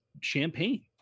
champagne